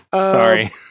Sorry